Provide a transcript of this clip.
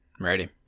ready